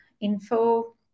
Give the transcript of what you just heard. Info